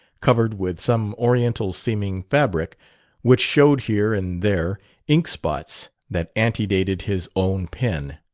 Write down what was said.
covered with some oriental-seeming fabric which showed here and there inkspots that antedated his own pen.